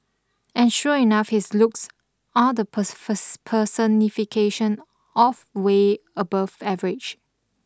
and sure enough his looks are the pers pers personification of way above average